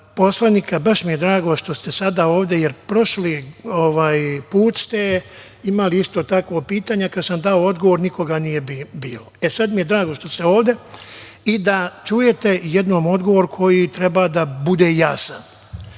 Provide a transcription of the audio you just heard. poslanika, baš mi je drago što ste sada ovde, jer prošli put ste imali isto takvo pitanje, a kad sam dao odgovor nikoga nije bilo. Sad mi je drago što ste ovde da čujete jednom odgovor koji treba da bude jasan.U